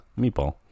meatball